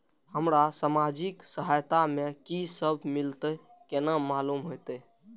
हमरा सामाजिक सहायता में की सब मिलते केना मालूम होते?